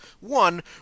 one